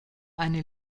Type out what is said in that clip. eine